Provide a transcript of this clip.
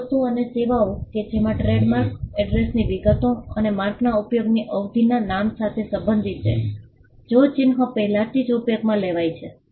ચીજવસ્તુઓ અને સેવાઓ કે જેમાં ટ્રેડમાર્ક એડ્રેસની વિગતો અને માર્કના ઉપયોગની અવધિના નામ સાથે સંબંધિત છે જો ચિહ્ન પહેલાથી ઉપયોગમાં લેવાય છે